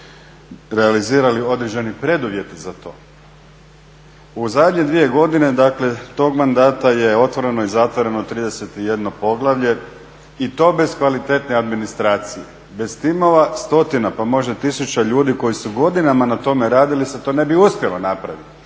U zadnje dvije godine dakle tog mandata je otvoreno i zatvoreno 31 poglavlje i to bez kvalitetne administracije, bez timova stotina pa možda i tisuća ljudi koji su godinama na tome radili se to ne bi uspjelo napraviti.